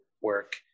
work